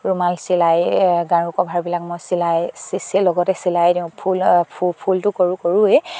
ৰুমাল চিলাই গাৰু কভাৰবিলাক মই চিলাই লগতে চিলাই দিওঁ ফুল ফুলটো কৰোঁ কৰোৱেই